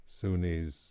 Sunnis